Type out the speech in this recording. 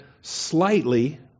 slightly